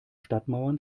stadtmauern